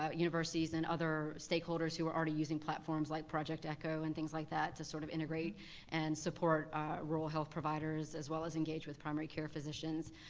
universities and other stakeholders who are already using platforms like project echo and things like that to sort of integrate and support rural health providers as well as engage with primary care physicians,